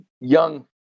young